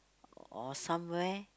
or somewhere